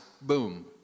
boom